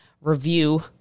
review